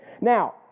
Now